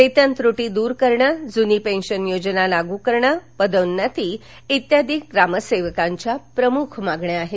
वेतन त्रुटी दूर करणं जूनी पेन्शन योजना लागू करणं पदोन्नती इत्यादी ग्रामसेवकांच्या प्रमुख मागण्या आहेत